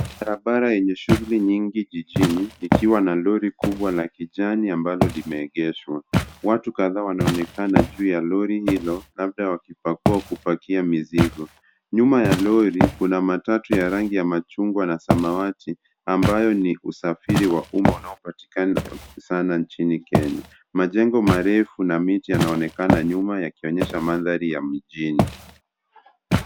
Barabara enye shuguli nyingi jijini ikiwa na lori kubwa ya kijani ambalo limeegeshwa. Watu kadhaa wanaonekana juu ya lori hilo labda wakipakia mzigo. Nyuma ya lori kuna matatu ya rangi ya machungwa na samawati ambayo ni usafiri wa umma unaopatikana sana nchini Kenya. Majengo marefu na miti yanaonekana nyuma yakionyesha mandhari ya mjini.